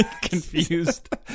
Confused